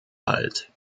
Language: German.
alt